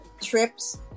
trips